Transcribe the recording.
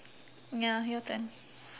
ya your turn